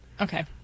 Okay